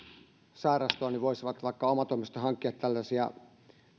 sairastua voisivat vaikka omatoimisesti hankkia tällaisia